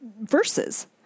verses